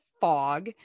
fog